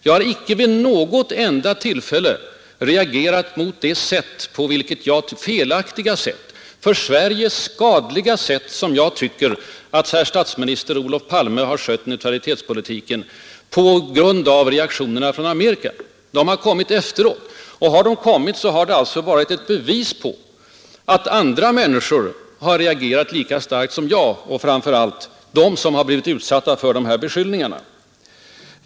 Jag har inte vid något enda tillfälle handlat på grund av den amerikanska reaktionen mot det felaktiga, för Sverige skadliga sätt på vilket statsminister Olof Palme skött neutralitetspolitiken. USA :s åtgärder har kommit efteråt, närmast som en bekräftelse på att andra människor har reagerat lika starkt som jag, framför allt de som blivit utsatta för beskyllningarna.